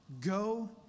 go